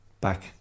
back